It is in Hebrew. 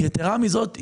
יתרה מזאת,